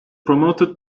promoted